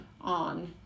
on